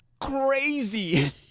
crazy